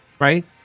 right